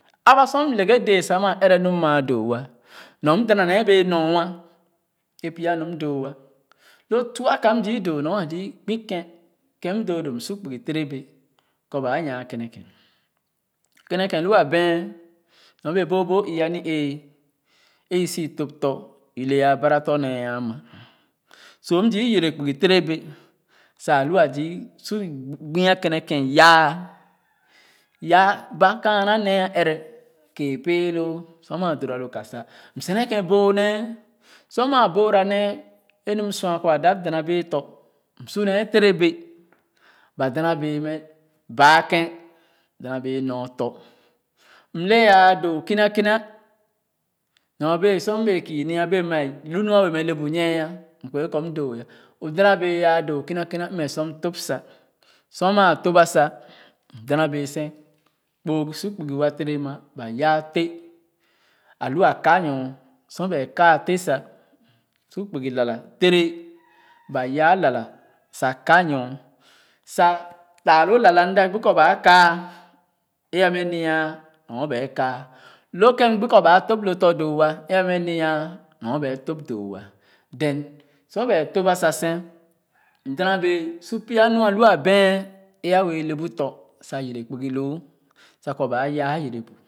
. A ba sor m leghe dee sa maa ɛrɛ nu maa doo ah nyor dana nee bee nor e pya nu m doo lo tuah ka m zu doo nor a zu gbu kèn kèn m doo doo m su kpugi ture bee kɔ baa nyaa kene-ken kenekèn m aben nyor bee boobo ii a ni ɛɛ e osu top tɔ̃ ille a bara tɔ̃ nee aa ma so m zu yɛrɛ kpugu ture bɛ sa a lu a zii su bean kenekèn yaa yaa ba kaana nee a ɛrɛ kēē pee loo sor maa dora lo ka sa m senee kèn boo ne sor maa boo ra ne e nu m sua kɔ a dap dana bee tɔ̃ m su nee ture bɛ ba dana bee mɛ baa kèn dana bee nor tɔ̃ m le a doo kina kinq nyorbee sor m bɛɛ kii ni bee ma eh lu nu a bee nyie m kɔ ghe kɔ m doo ah o dana bee a doo kina kina mmɛ sor m tōp sa sor maa top sa m dana bɛɛ sèn kpoo su kpugu wa ture ma ba yaa tɛh a lu a ka nyor sor bɛɛ ka ten sa su kpugi lala fere ba yaa lala sa ka e a mɛ nya dogor bɛɛ ka lo kèn m gbu kɔ ba tōp lo tɔ̃ doo ah e a mɛ nya nyor bɛ a tōp doo ah then so ba tōp sa sèn m dana bee su pya nu e alu a bɛn e a wɛɛ le bu tɔ̃ sa yere kpugu loo sa kɔ ba yaa yere bu.